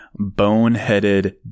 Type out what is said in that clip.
boneheaded